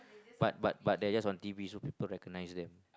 but but but they are just on T_V so people recognise them